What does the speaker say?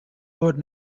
lord